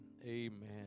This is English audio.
Amen